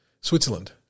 Switzerland